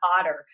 Otter